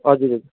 हजुर हजुर